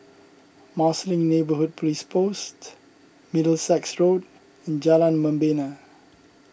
Marsiling Neighbourhood Police Post Middlesex Road and Jalan Membina